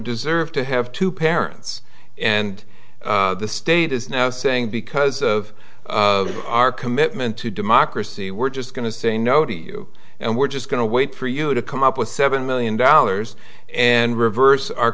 deserve to have two parents and the state is now saying because of our commitment to democracy we're just going to say no to you and we're just going to wait for you to come up with seven million dollars and reverse our